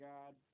God